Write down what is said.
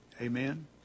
Amen